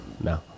No